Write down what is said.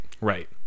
Right